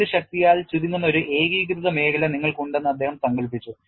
Yield ശക്തിയാൽ ചുരുങ്ങുന്ന ഒരു ഏകീകൃത മേഖല നിങ്ങൾക്കുണ്ടെന്ന് അദ്ദേഹം സങ്കൽപ്പിച്ചു